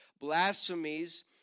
blasphemies